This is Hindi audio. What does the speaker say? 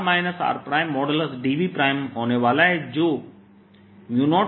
dV होने वाला है जो 04πKδzy